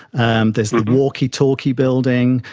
and there's the walkie-talkie building,